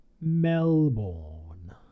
Melbourne